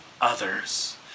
others